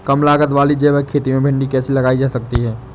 कम लागत वाली जैविक खेती में भिंडी कैसे लगाई जा सकती है?